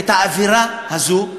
האווירה הזאת,